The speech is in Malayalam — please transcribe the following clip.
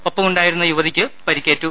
ഒപ്പമുണ്ടായിരുന്ന യുവതിക്ക് പരിക്കേറ്റു